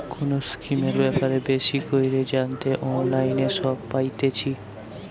কোনো স্কিমের ব্যাপারে বেশি কইরে জানতে অনলাইনে সব পাইতেছে